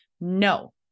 no